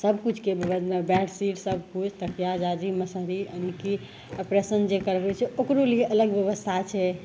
सबकिछुके बेडशीट सबकिछु तकिआ जाजिम मसहरी यानीकि ऑपरेशन जे करबै छै ओकरो लिए अलग बेबस्था छै